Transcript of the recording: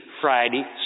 Friday